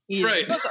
Right